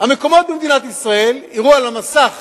המקומות במדינת ישראל יראו על המסך